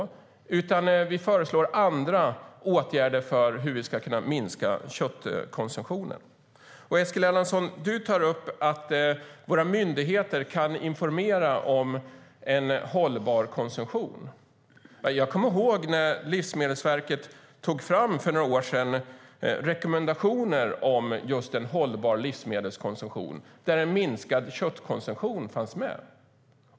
Vi föreslår i stället andra åtgärder för hur vi ska kunna minska köttkonsumtionen. Du tar upp att våra myndigheter kan informera om en hållbar konsumtion, Eskil Erlandsson. Jag kommer ihåg när Livsmedelsverket för några år sedan tog fram rekommendationer för en hållbar livsmedelskonsumtion. Här fanns minskad köttkonsumtion med.